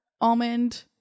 almond